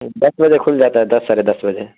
دس بجے کھل جاتا ہے دس ساڑھے دس بجے